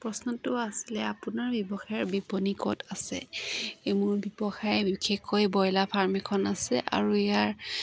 প্ৰশ্নটো আছিলে আপোনাৰ ব্যৱসায়ৰ বিপণী ক'ত আছে এই মোৰ ব্যৱসায় বিশেষকৈ ব্ৰইলাৰ ফাৰ্ম এখন আছে আৰু ইয়াৰ